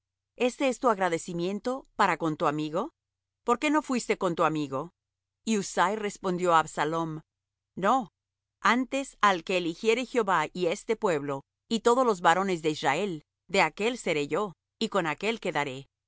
este es tu agradecimiento para con tu amigo por qué no fuiste con tu amigo y husai respondió á absalom no antes al que eligiere jehová y este pueblo y todos los varones de israel de aquél seré yo y con aquél quedaré